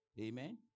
Amen